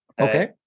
Okay